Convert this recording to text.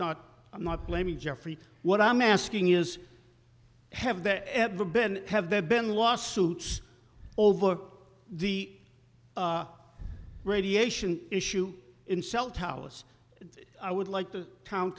not i'm not blaming geoffrey what i'm asking is have they ever been have there been lawsuits over the radiation issue in cell towers i would like the town